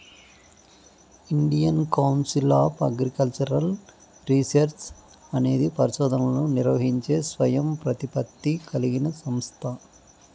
Indian council of agricultural research అనేది పరిశోధనలను నిర్వహించే స్వయం ప్రతిపత్తి కలిగిన సంస్థ